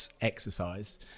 exercise